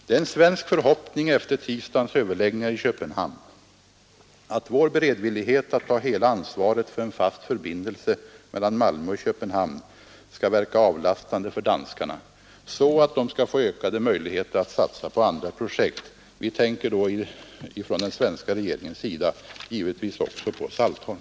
Det är en svensk förhoppning efter tisdagens överläggningar i Köpenhamn att vår beredvillighet att ta hela ansvaret för en fast förbindelse mellan Malmö och Köpenhamn skall verka avlastande för danskarna, så att de skall få ökade möjligheter att satsa på andra projekt. Vi tänker då från den svenska regeringens sida givetvis också på Saltholm.